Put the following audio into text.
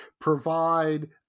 provide